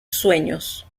sueños